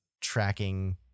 tracking